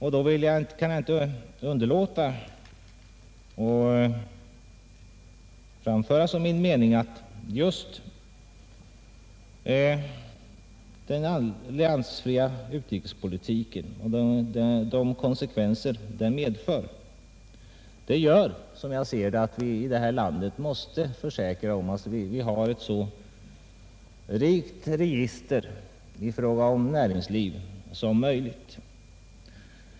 Jag kan mot denna bakgrund inte underlåta att framföra som min mening att just den alliansfria utrikespolitiken och de konsekvenser den medför gör att vi i vårt land måste försäkra oss om ett näringsliv med ett så rikt register som möjligt.